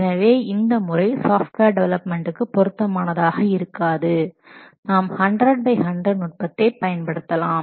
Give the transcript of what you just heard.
எனவே இந்த முறை சாஃப்ட்வேர் டெவலப்மெண்ட்க்கு பொருத்தமானதாக இருக்காது நாம் 100 பை 100 நுட்பத்தை பயன்படுத்தலாம்